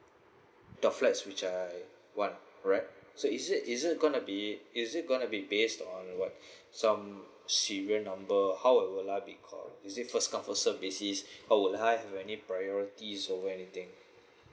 the flats which I want correct so is it is it gonna be is it gonna be based on what some serial number how will I be call is it a first come first serve basis or would I have any priorities or anything